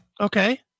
Okay